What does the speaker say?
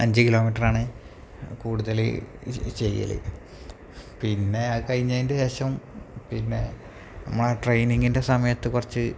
അഞ്ച് കിലോമീറ്ററാണ് കൂടുതല് ഇത് ചെയ്യല് പിന്നെ അത് കഴിഞ്ഞേന്റെ ശേഷം പിന്നെ നമ്മുടെ ട്രെയ്നിങ്ങിൻ്റെ സമയത്ത് കുറച്ച്